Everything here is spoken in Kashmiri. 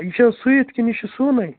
یہِ چھِ حظ سُوِتھ کِنہٕ یہِ چھُ سُونَے